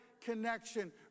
connection